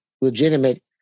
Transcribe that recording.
legitimate